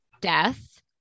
death